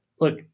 look